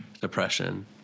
depression